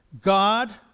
God